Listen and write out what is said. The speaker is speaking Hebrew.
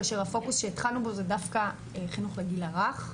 כאשר הפוקוס שהתחלנו בו זה דווקא חינוך לגיל הרך,